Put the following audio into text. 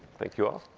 thank you all.